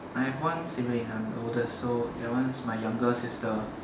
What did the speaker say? I have one sibling I'm the oldest so that one's my younger sister